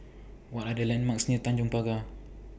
What Are The landmarks near Tanjong Pagar